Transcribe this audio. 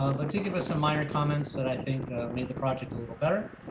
ah but to give us some minor comments that i think made the project, a little better.